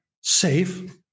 safe